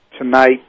tonight